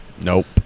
Nope